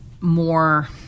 more